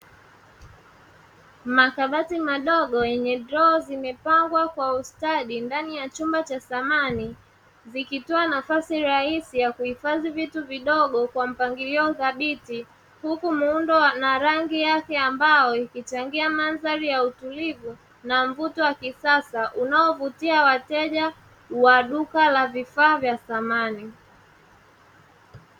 Makabati madogo yenye droo zimepangwa kwa ustadi ndani ya chumba cha samani zikitoa nafasi rahisi ya kuhifadhi vitu vidogo kwa mpangilio thabiti, huku muundo na rangi yake ya mbao ikichangia mandhari ya utulivu na mvuto wa kisasa unaowavutia wateja wa duka la vifaa vya samani.